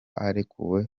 arekuwe